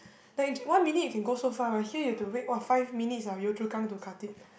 like in one minute it can go so far but here you have to wait !wah! five minutes ah Yio-Chu-Kang to Khatib